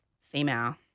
Female